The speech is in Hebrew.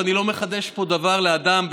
ואני לא מחדש פה דבר לאדם,